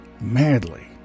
Madly